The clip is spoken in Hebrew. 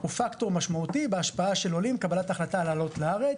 הוא פקטור משמעותי בהשפעה של עולים בקבלת ההחלטה לעלות לארץ.